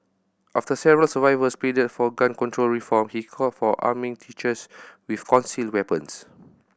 after several survivors pleaded for gun control reform he called for arming teachers with concealed weapons